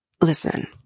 Listen